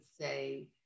say